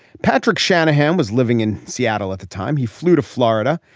patrick shanahan was living in seattle at the time he flew to florida.